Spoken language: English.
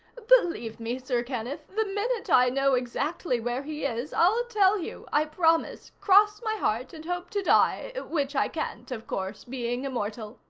believe me, sir kenneth, the minute i know exactly where he is, i'll tell you. i promise. cross my heart and hope to die which i can't, of course, being immortal.